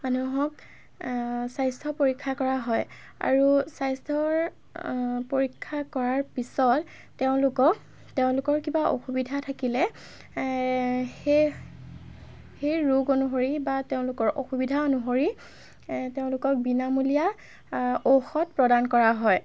মানুহক স্বাস্থ্য পৰীক্ষা কৰা হয় আৰু স্বাস্থ্যৰ পৰীক্ষা কৰাৰ পিছত তেওঁলোকক তেওঁলোকৰ কিবা অসুবিধা থাকিলে সেই সেই ৰোগ অনুসৰি বা তেওঁলোকৰ অসুবিধা অনুসৰি তেওঁলোকক বিনামূলীয়া ঔষধ প্ৰদান কৰা হয়